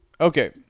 Okay